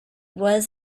was